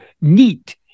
neat